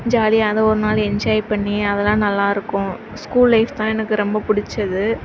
ஜாலியாக அதை ஒருநாள் என்ஜாய் பண்ணி அதல்லாம் நல்லாயிருக்கும் ஸ்கூல் லைஃப் தான் எனக்கு ரொம்ப பிடிச்சது